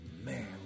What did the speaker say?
Man